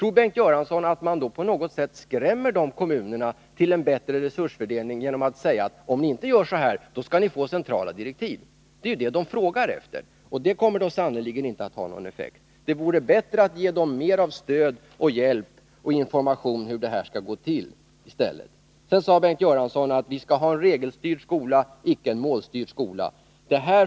Tror Bengt Göransson att det går att skrämma de kommunerna genom att säga att om de inte genomför en bättre resursfördelning så kommer de att få centrala direktiv? Det är ju just vad de frågar efter, så det kommer sannerligen inte att ha någon effekt. Det vore bättre att ge dem mer av stöd och hjälp och information om hur det här skall gå till. Sedan sade Bengt Göransson att vi skall ha en regelstyrd skola, icke en målstyrd skola.